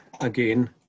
again